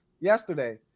yesterday –